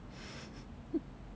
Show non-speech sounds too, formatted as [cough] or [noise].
[laughs]